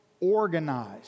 organized